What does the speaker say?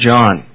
John